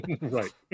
right